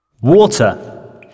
Water